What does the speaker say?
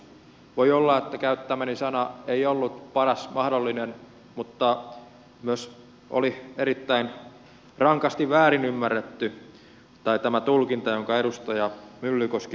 voi olla että käyttämäni sana ei ollut paras mahdollinen mutta myös oli erittäin rankka väärinymmärrys tämä tulkinta jonka edustaja myllykoski teki